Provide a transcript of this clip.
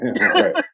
right